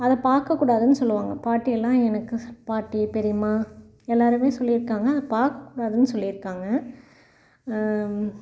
அதை பார்க்கக்கூடாதுனு சொல்லுவாங்க பாட்டி எல்லாம் எனக்கு சொல் பாட்டி பெரியம்மா எல்லோருமே சொல்லியிருக்காங்க அது பார்க்கக்கூடாதுன்னு சொல்லியிருக்காங்க